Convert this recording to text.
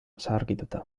zaharkituta